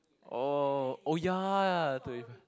oh oh ya